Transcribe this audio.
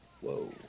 Whoa